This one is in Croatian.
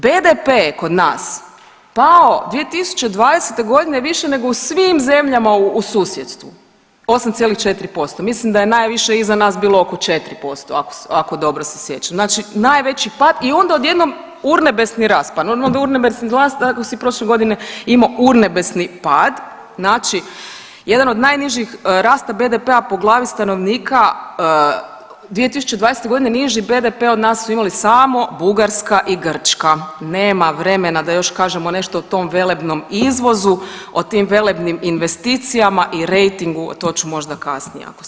BDP je kod nas pao 2020.g. više nego u svim zemljama u susjedstvu 8,4% mislim da je najviše iza nas bilo oko 4% ako dobro se sjećam, znači najveći pad i onda odjednom urnebesni rast, pa normalno da je urnebesni rast ako si prošle godine imao urnebesni pad, znači jedan od najnižih rasta BDP-a po glavi stanovnika, u 2020.g. niži BDP od nas su imali samo Bugarska i Grčka, nema vremena da još kažemo nešto o tom velebnom izvozu, o tim velebnim investicijama i rejtingu, to ću možda kasnije ako stignem.